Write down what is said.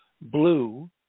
blue